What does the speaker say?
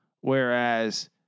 Whereas